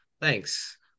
Thanks